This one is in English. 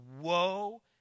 woe